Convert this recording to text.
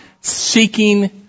seeking